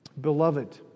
beloved